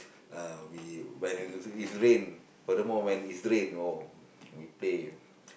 uh we when it's if rain furthermore when it's rain oh we play